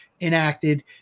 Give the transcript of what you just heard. enacted